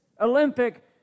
Olympic